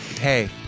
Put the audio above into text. hey